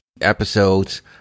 episodes